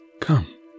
Come